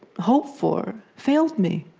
hope for, failed me.